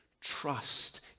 Trust